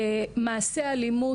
מעשי אלימות,